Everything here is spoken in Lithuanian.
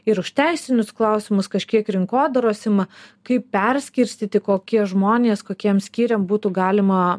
ir už teisinius klausimus kažkiek rinkodaros ima kaip perskirstyti kokie žmonės kokiem skyriam būtų galima